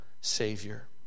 Savior